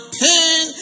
pain